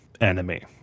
enemy